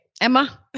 Emma